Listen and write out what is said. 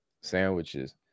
Sandwiches